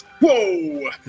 Whoa